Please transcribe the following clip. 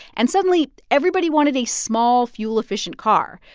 and suddenly, everybody wanted a small, fuel-efficient car.